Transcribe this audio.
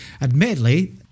admittedly